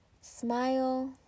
smile